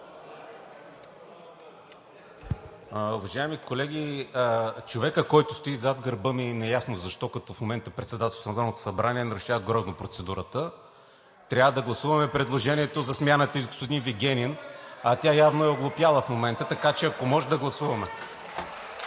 Уважаеми колеги, човекът, който стои зад гърба ми, неясно защо – в момента, като председателстващ Народното събрание нарушава грозно процедурата. Трябва да гласуваме предложението за смяната с господин Вигенин, а тя явно е оглупяла в момента, така че ако може, да гласуваме.